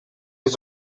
his